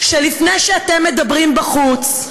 שלפני שאתם מדברים בחוץ,